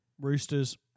Roosters